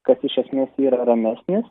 kas iš esmės yra ramesnis